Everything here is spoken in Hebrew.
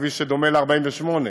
כביש שדומה ל-48'.